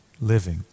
living